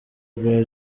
rwa